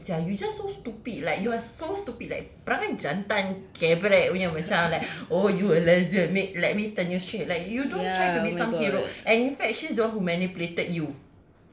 stupid sia you just so stupid like you're so stupid like perangai jantan kebrek punya macam like oh you are les let me turn you straight like you don't try to be some hero and in fact she's the one who manipulated you